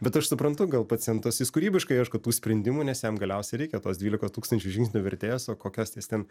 bet aš suprantu gal pacientas jis kūrybiškai ieško tų sprendimų nes jam galiausiai reikia tos dvylikos tūkstančių žingsnių vertės o kokias jis ten